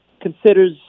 considers